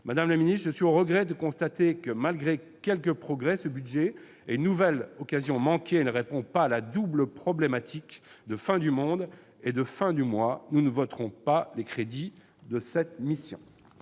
Madame la ministre, je suis au regret de constater que, malgré quelques progrès, ce budget est une nouvelle occasion manquée et ne répond pas à la double problématique de « fin du monde » et de « fin du mois ». Nous ne voterons pas les crédits de la mission.